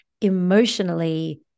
emotionally